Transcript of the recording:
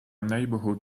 neighborhood